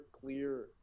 clear